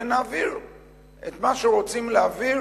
ונעביר את מה שרוצים להעביר